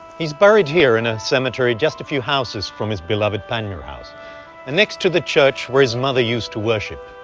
he's buried here, in a cemetery just a few houses from his beloved panmure house and next to the church where his mother used to worship.